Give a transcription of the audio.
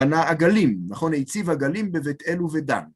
קנה עגלים, נכון? היציב עגלים בבית אלו ודן.